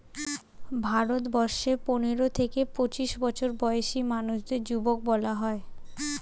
ভারতবর্ষে পনেরো থেকে পঁচিশ বছর বয়সী মানুষদের যুবক বলা হয়